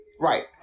right